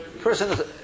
person